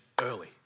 early